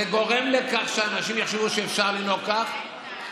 גורמת לכך שאנשים יחשבו שאפשר לנהוג כך.